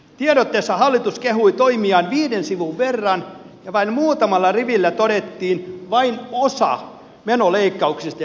tiedotteessa hallitus kehui toimiaan viiden sivun verran ja vain muutamalla rivillä todettiin vain osa menoleikkauksista ja veronkorotuksista